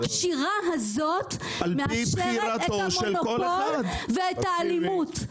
הקשירה הזאת מאשרת את המונופול ואת האלימות.